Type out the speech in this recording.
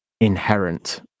inherent